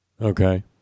okay